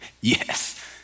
Yes